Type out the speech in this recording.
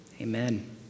Amen